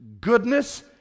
goodness